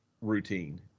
routine